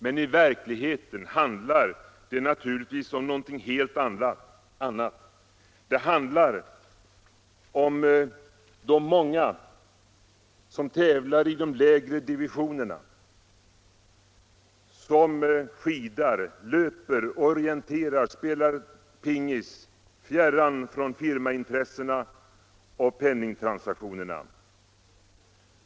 Men i verkligheten handlar det naturligtvis om någonting helt annat. Det handlar om de många som tävlar i de lägre divisionerna, som skidar, löper, orienterar, spelar pingis fjärran från firmaintressena och penningtransaktionerna.